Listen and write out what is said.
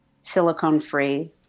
silicone-free